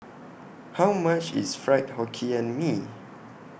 How much IS Fried Hokkien Mee